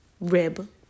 rib